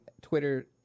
Twitter